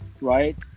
right